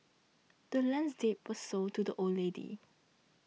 the land's deed was sold to the old lady